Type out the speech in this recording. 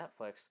Netflix